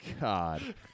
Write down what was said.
God